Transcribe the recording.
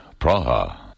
Praha